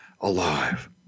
alive